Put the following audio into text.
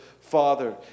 father